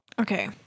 Okay